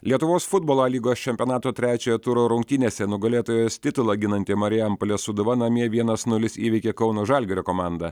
lietuvos futbolo a lygos čempionato trečiojo turo rungtynėse nugalėtojos titulą ginanti marijampolės sūduva namie vienas nulis įveikė kauno žalgirio komandą